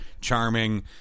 Charming